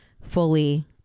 fully